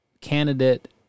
candidate